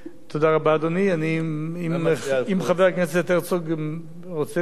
אם חבר הכנסת הרצוג רוצה דיון בוועדה,